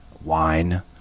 wine